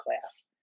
class